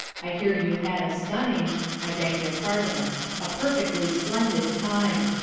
i hear you had a stunning i beg your pardon a perfectly splendid time.